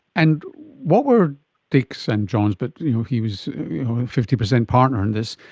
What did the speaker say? and what were dick's and john's, but you know he was fifty percent partner in this,